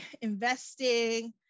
investing